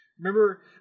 Remember